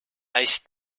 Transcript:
ist